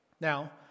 Now